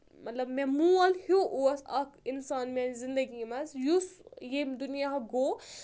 مطلب مےٚ مول ہیوٚو اوس اَکھ اِنسان میٛانہِ زندگی منٛز یُس ییٚمہِ دُنیاہ گوٚو